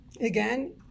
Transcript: Again